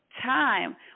time